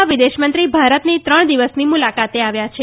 ના વિદેશમંત્રી ભારતની ત્રણ દિવસની મુલાકાતે આવ્યા છે